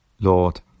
Lord